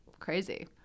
crazy